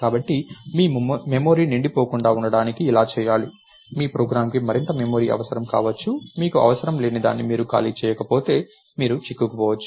కాబట్టి మీ మెమరీ నిండిపోకుండా ఉండటానికి ఇలా చేయాలి మీ ప్రోగ్రామ్కు మరింత మెమొరీ అవసరం కావచ్చు మీకు అవసరం లేని దాన్ని మీరు ఖాళీ చేయకపోతే మీరు చిక్కుకుపోవచ్చు